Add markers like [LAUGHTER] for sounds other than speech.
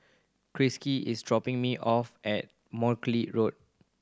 [UNINTELLIGIBLE] is dropping me off at [UNINTELLIGIBLE] Road